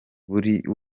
buri